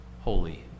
holy